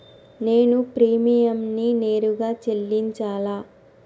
నేను ప్రీమియంని నేరుగా చెల్లించాలా?